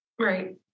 right